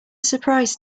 surprise